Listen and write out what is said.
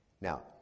Now